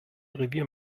revier